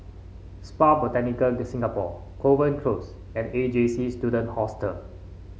Spa Botanica Singapore Kovan Close and A J C Student Hostel